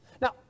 Now